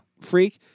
freak